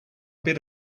bit